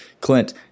Clint